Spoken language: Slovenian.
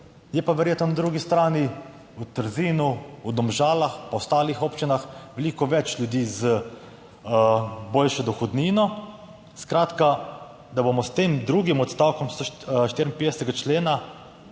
Je pa verjetno na drugi strani v Trzinu, v Domžalah, pa v ostalih občinah veliko več ljudi z boljšo dohodnino. Skratka, da bomo s tem drugim odstavkom 54. člena